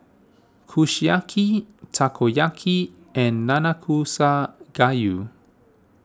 Kushiyaki Takoyaki and Nanakusa Gayu